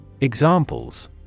Examples